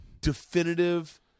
definitive